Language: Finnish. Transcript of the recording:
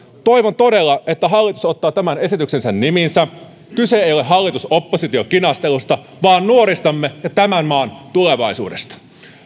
toivon todella että hallitus ottaa tämän esityksensä nimiinsä kyse ei ole hallitus oppositio kinastelusta vaan nuoristamme ja tämän maan tulevaisuudesta